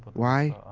why?